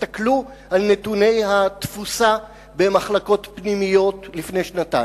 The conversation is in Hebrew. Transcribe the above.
תסתכלו על נתוני התפוסה במחלקות פנימיות לפני שנתיים: